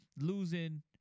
losing